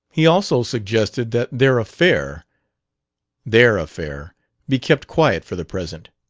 he also suggested that their affair their affair be kept quiet for the present.